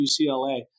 UCLA